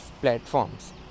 platforms